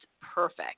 perfect